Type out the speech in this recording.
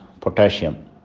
potassium